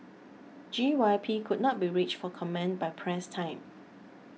G Y P could not be reached for comment by press time